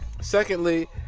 Secondly